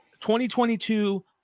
2022